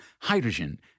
hydrogen